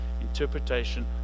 interpretation